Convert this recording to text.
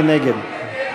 מי נגד?